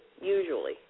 usually